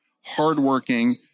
hardworking